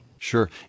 Sure